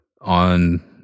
On